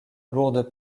lourdes